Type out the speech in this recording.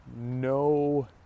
no